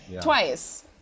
twice